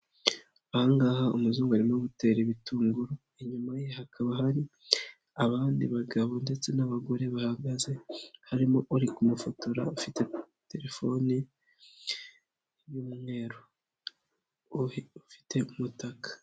Aha ngaha umuzungu arimo gutera ibitunguru, inyuma ye hakaba hari abandi bagabo ndetse n'abagore bahagaze, harimo uri kumufotora ufite telefoni y'umweru, ufite umutaka.